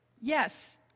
Yes